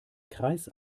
kreis